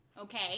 Okay